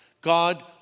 God